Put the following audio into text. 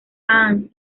aang